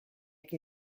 che